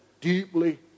deeply